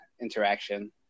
interaction